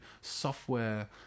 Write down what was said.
software